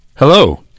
Hello